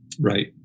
Right